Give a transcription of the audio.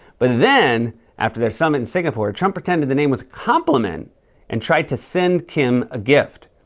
but then after their summit in singapore, trump pretended the name was a compliment and tried to send kim a gift.